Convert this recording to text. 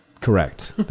Correct